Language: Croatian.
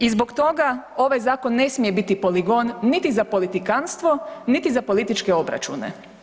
I zbog toga ovaj zakon ne smije biti poligon niti za politikantstvo, niti za političke obračune.